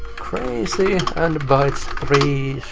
crazy and bytes three